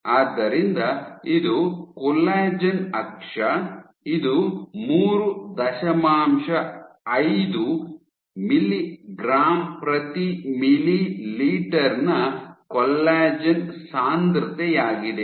ಆದ್ದರಿಂದ ಇದು ಕೊಲ್ಲಾಜೆನ್ ಅಕ್ಷ ಇದು ಮೂರು ದಶಮಾಂಶ ಐದು ಮಿಗ್ರಾಂ ಪ್ರತಿ ಮಿಲಿ ನ ಕೊಲ್ಲಾಜೆನ್ ಸಾಂದ್ರತೆಯಾಗಿದೆ